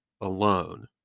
alone